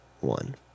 one